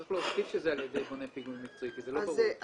צריך להוסיף שזה על ידי בונה פיגומים מקצועי כי זה לא ברור.